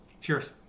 Cheers